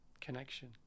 Connection